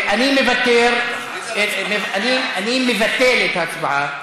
אני מבטל את ההצבעה.